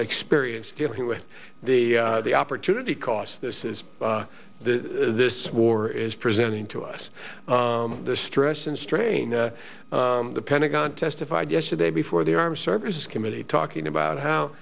experience dealing with the the opportunity costs this is the this war is presenting to us the stress and strain the pentagon testified yesterday before the armed services committee talking about how